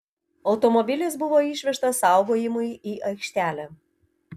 automobilis buvo išvežtas saugojimui į aikštelę